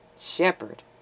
shepherd